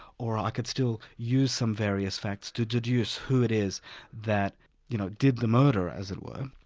or i could still use some various facts to deduce who it is that you know did the murder, as it were.